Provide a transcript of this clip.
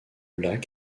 lac